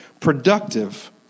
productive